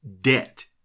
debt